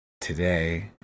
today